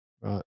Right